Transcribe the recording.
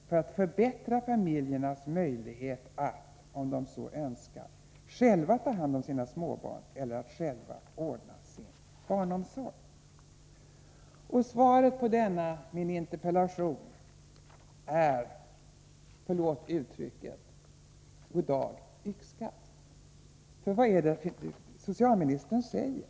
familjernas möjlighet att, om de så önskar, själva ta hand om sina småbarn eller att själva ordna sin barnomsorg? Svaret på denna min interpellation är — förlåt uttrycket — ”Goddag — yxskaft”. För vad är det socialministern säger?